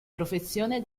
professione